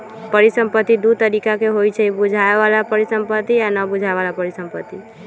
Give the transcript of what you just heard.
परिसंपत्ति दु तरिका के होइ छइ बुझाय बला परिसंपत्ति आ न बुझाए बला परिसंपत्ति